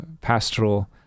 pastoral